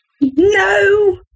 No